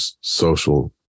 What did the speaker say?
social